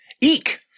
Eek